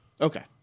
Okay